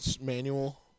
manual